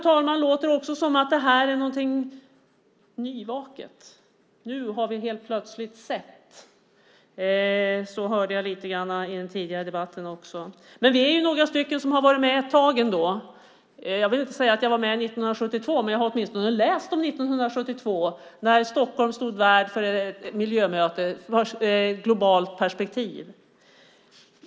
Ibland låter det, fru talman, lite nyvaket om detta - nu har vi helt plötsligt sett . Så lät det lite grann också i den tidigare debatten. Vi är några stycken som varit med ett tag. Jag vill inte säga att jag var med 1972, men jag har åtminstone läst om 1972 när Stockholm stod värd för ett miljömöte med globalt perspektiv.